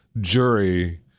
jury